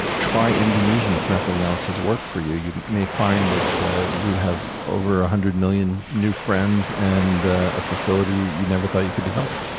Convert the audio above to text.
try indonesian if nothing else has worked for you. you may find that you have over a hundred million new friends and a facility you never thought you could develop.